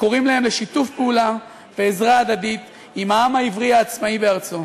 וקוראים להם לשיתוף פעולה ועזרה הדדית עם העם העברי העצמאי בארצו.